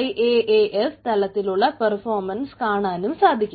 IAS തരത്തിലുള്ള performance കാണാനും സാധിക്കും